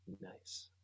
nice